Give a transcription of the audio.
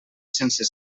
sense